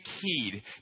heed